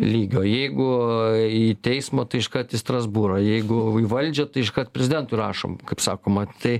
lygio jeigu į teismą tai iškart į strasbūrą jeigu į valdžią tai iškart prezidentu rašom kaip sakoma tai